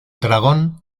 dragón